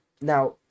Now